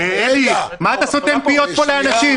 אלי, מה אתה סותם פיות פה לאנשים?